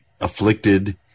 afflicted